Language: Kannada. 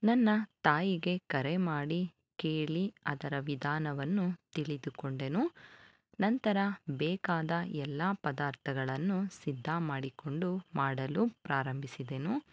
ನನ್ನ ತಾಯಿಗೆ ಕರೆಮಾಡಿ ಕೇಳಿ ಅದರ ವಿಧಾನವನ್ನು ತಿಳಿದುಕೊಂಡೆನು ನಂತರ ಬೇಕಾದ ಎಲ್ಲ ಪದಾರ್ಥಗಳನ್ನು ಸಿದ್ಧ ಮಾಡಿಕೊಂಡು ಮಾಡಲು ಪ್ರಾರಂಭಿಸಿದೆನು